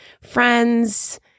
friends